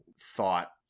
thought